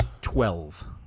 Twelve